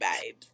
babe